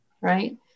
Right